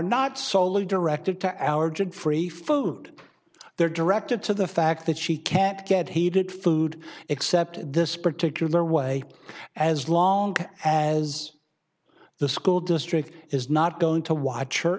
not soley directed to our good free food they're directed to the fact that she can't get heated food except this particular way as long as the school district is not going to w